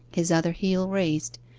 his other heel raised,